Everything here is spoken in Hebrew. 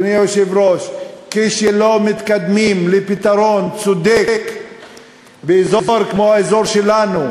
אדוני היושב-ראש: כשלא מתקדמים לפתרון צודק באזור כמו האזור שלנו,